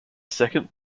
second